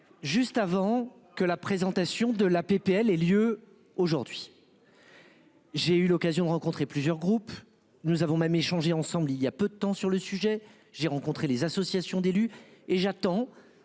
Juste avant que la présentation de la PPL et lieu aujourd'hui. J'ai eu l'occasion de rencontrer plusieurs groupes nous avons même échangé ensemble il y a peu de temps sur le sujet. J'ai rencontré les associations d'élus, et j'attends